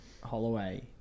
Holloway